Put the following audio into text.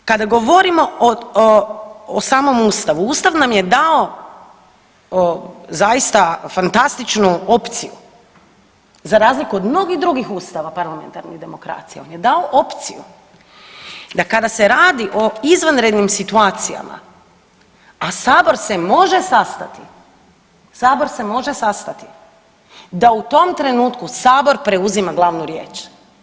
Dakle, kada govorimo o samom Ustavu, Ustav nam je dao zaista fantastičnu opciju za razliku od mnogih drugih ustava parlamentarnih demokracija, on je dao opciju da kada se radi o izvanrednim situacijama, a Sabor se može sastati, Sabor se može sastati da u tom trenutku Sabor preuzima glavnu riječ.